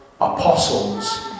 apostles